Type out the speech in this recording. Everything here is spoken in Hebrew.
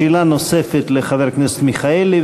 שאלה נוספת לחבר הכנסת מיכאלי,